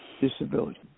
Disability